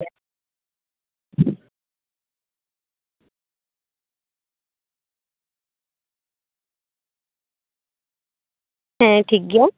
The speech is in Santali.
ᱦᱮᱸ ᱴᱷᱤᱠᱜᱮᱭᱟ